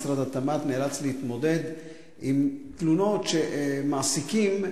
ומשרד התמ"ת נאלץ להתמודד עם תלונות על מעסיקים.